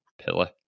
pillar